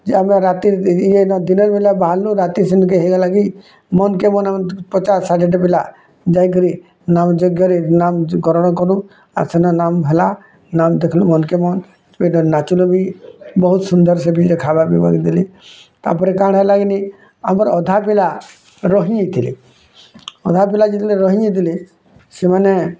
ଯେ ଆମେ ରାତି ଇଏ ନା ଦିନେର୍ ବେଲା ବାହାରିଲୁ ରାତି ସେନେକେ ହେଇଗଲାକି ମନ୍ କେ ମନ୍ ପଚାଶ୍ ଷାଠିଏ ଟି ପିଲା ଯାଇକିରି ନାମ ଯଜ୍ଞରେ ନାମକରଣ କଲୁ ଆର୍ ସେନ୍ ନାମ ଭଲା ନାମ୍ ଦେଖିଲୁ ଭଲ୍କେ ମନ ନାଚିଲୁ ବି ବହୁତ ସୁନ୍ଦର୍ ଖାଇବା ପିଇବାକୁ ଦେଲି ତା'ପରେ କାଣା ହେଲା କିଁନି ଅଧା ପିଲା ରହିଁଯାଇଥିଲେ ଅଧା ପିଲା ଯେତେବେଲେ ରହି ଯାଇଥିଲେ ସେମାନେ